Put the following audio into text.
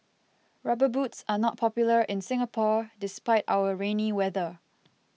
rubber boots are not popular in Singapore despite our rainy weather